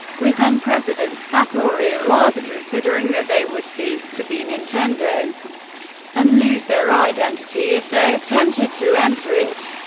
with then-president satoru iwata considering that they would cease to be nintendo and lose their identity if they attempted to enter it.